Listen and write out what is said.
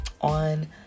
on